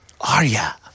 Arya